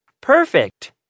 Perfect